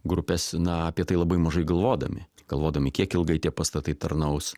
grupes na apie tai labai mažai galvodami galvodami kiek ilgai tie pastatai tarnaus